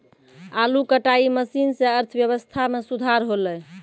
आलू कटाई मसीन सें अर्थव्यवस्था म सुधार हौलय